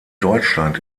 deutschland